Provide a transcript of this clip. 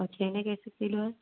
और छेने कैसे किलो है